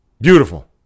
beautiful